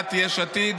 בסיעת יש עתיד,